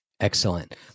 Excellent